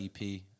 EP